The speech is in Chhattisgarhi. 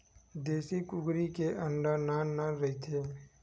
देसी कुकरी के अंडा नान नान रहिथे